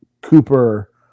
Cooper